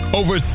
over